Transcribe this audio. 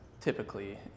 typically